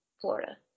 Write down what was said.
Florida